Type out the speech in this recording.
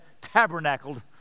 tabernacled